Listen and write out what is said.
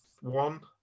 one